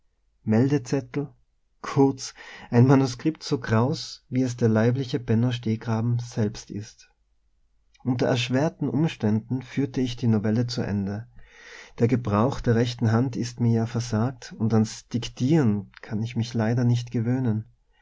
meldezettel kurz ein manuskript so kraus wie es der leibliche benno stehkragen selbst ist unter erschwerten umständen führte ich die novelle zu ende der gebrauch der rechten hand ist mir ja versagt und ans diktieren kann ich mich leider nicht gewöhnen